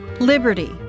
Liberty